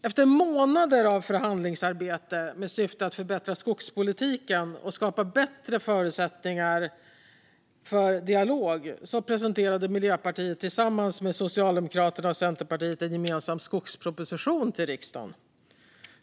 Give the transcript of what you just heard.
Efter månader av förhandlingsarbete med syfte att förbättra skogspolitiken och skapa bättre förutsättningar för dialog presenterade Miljöpartiet tillsammans med Socialdemokraterna och Centerpartiet en gemensam skogsproposition för riksdagen.